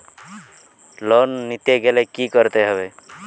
Loan নিতে গেলে কি করতে হবে?